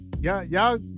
y'all